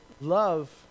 love